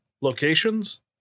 locations